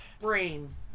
brain